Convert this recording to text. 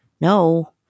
no